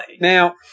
Now